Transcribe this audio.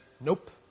nope